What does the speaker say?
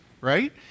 right